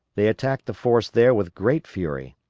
they attacked the force there with great fury,